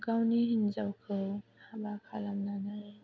गावनि हिनजावखौ हाबा खालामनानै